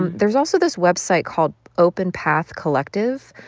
and there's also this website called open path collective,